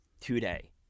today